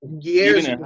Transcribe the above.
years